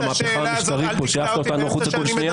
המהפכה המשטרית פה שהעפת אותנו החוצה כל שנייה?